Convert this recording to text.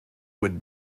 would